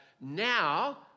now